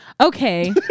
Okay